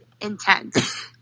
intense